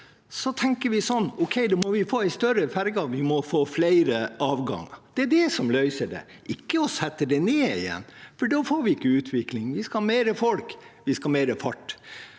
tenker vi at vi må få en større ferje og flere avganger. Det er det som løser det, ikke å sette det ned igjen, for da får vi ikke utvikling. Vi skal ha mer folk, og vi skal ha mer fart.